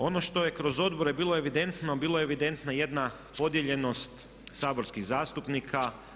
Ono što je kroz odbore bilo evidentno, bila je evidentna jedna podijeljenost saborskih zastupnika.